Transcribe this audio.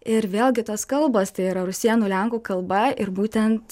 ir vėlgi tos kalbos tai yra rusėnų lenkų kalba ir būtent